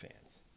fans